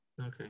Okay